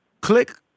click